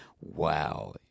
Wow